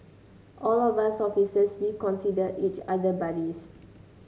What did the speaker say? all of us officers we consider each other buddies